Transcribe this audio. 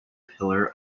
pillar